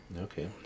Okay